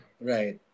right